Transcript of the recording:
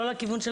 לא לכיוון של